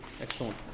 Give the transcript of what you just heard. Excellent